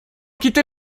quitter